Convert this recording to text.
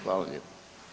Hvala lijepo.